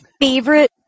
favorite